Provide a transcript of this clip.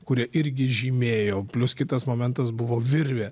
kurie irgi žymėjo plius kitas momentas buvo virvė